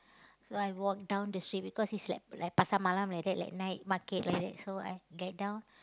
so I walk down the street because is like like Pasar-Malam like that like night market like that so I get down